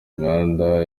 imihanda